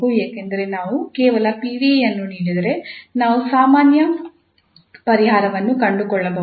ಏಕೆಂದರೆ ನಾವು ಕೇವಲ PDE ಅನ್ನು ನೀಡಿದರೆ ನಾವು ಸಾಮಾನ್ಯ ಪರಿಹಾರವನ್ನು ಕಂಡುಕೊಳ್ಳಬಹುದು